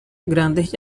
grandes